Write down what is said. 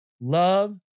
love